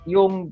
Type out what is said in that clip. Yung